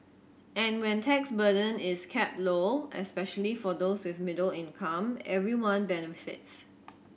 and when tax burden is kept low especially for those with middle income everyone benefits